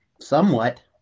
Somewhat